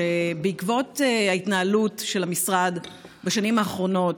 שבעקבות ההתנהלות של המשרד בשנים האחרונות,